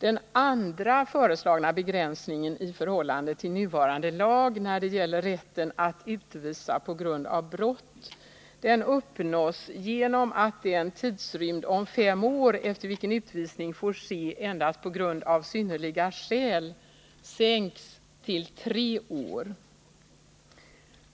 Den andra föreslagna begränsningen i förhållande till nuvarande lag när det gäller rätten att utvisa på grund av brott uppnås genom att den tidrymd om fem år, efter vilken utvisning får ske endast på grund av synnerliga skäl, sänks till tre år.